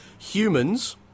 Humans